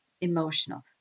emotional